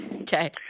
Okay